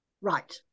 right